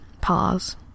pause